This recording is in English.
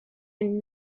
and